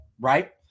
right